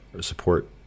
support